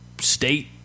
State